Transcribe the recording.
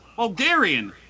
Bulgarian